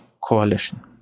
coalition